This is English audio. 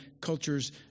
cultures